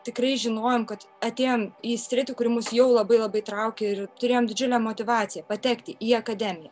tikrai žinojom kad atėjom į sritį kuri mus jau labai labai traukė ir turėjom didžiulę motyvaciją patekti į akademiją